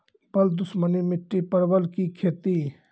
बल दुश्मनी मिट्टी परवल की खेती?